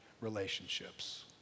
relationships